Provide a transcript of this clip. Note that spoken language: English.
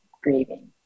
grieving